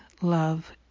love